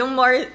more